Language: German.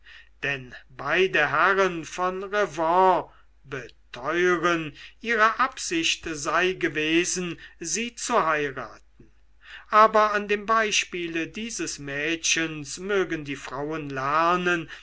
denn beide herren von revanne beteuren ihre absicht sei gewesen sie zu heiraten aber an dem beispiele dieses mädchens mögen die frauen lernen